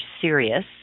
serious